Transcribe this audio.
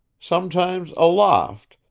sometimes aloft,